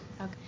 Okay